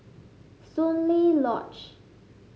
Soon Lee Lodge